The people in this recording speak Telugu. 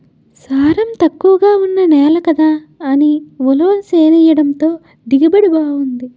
సారం తక్కువగా ఉన్న నేల కదా అని ఉలవ చేనెయ్యడంతో దిగుబడి బావుంది